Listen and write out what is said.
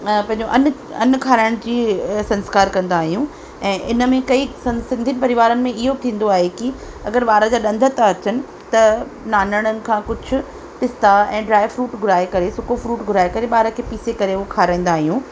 अ पंहिंजो अन्न अन्न खाराइण जी अ संस्कार कंदा आहियूं ऐं इन में कई सन सिंधीयुनि परिवारनि में इहो बि थींदो आहे की अगरि ॿार जा ॾंद था अचनि त नानाड़नि खां कुझु पिस्ता ऐं ड्राई फ्रूट घुराए करे सुको फ्रूट घुराए करे ॿार खे पीसे करे हूअ खाराईंदा आहियूं